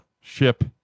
ship